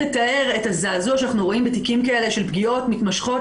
לתאר את הזעזוע שאנחנו רואים בתיקים כאלה של פגיעות מתמשכות,